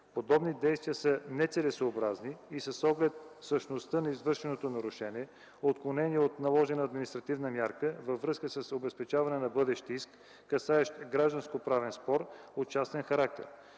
Подобни действия са нецелесъобразни и с оглед същността на извършеното нарушение – отклонение от наложена административна мярка във връзка с обезпечаване на бъдещ иск, касаещ гражданско-правен спор от частен характер.